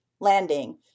landing